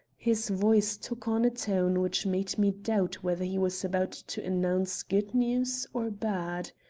his voice took on a tone which made me doubt whether he was about to announce good news or bad.